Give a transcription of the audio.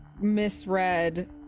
misread